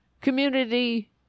community